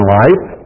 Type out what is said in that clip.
life